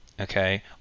okay